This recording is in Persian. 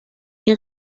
این